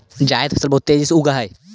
जायद फसल बहुत तेजी से उगअ हई